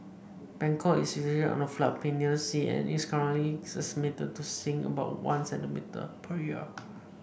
Bangkok is situated on a floodplain near the sea and is currently estimated to sink about one centimetre per year